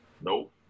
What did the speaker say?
Nope